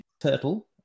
turtle